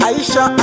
Aisha